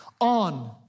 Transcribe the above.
on